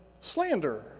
slander